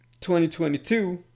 2022